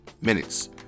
minutes